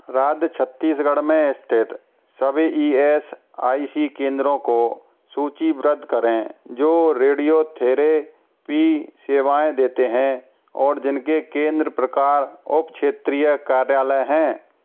राज्य छत्तीसगढ़ में स्थित सभी ई एस आई सी केंद्रों को सूचीबद्ध करें जो रेडियोथेरेपी सेवाएँ देते हैं और जिनके केंद्र प्रकार उप क्षेत्रीय कार्यालय हैं